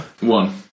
One